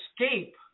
escape